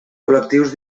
col·lectius